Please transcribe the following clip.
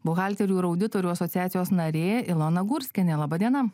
buhalterių ir auditorių asociacijos narė ilona gurskienė laba diena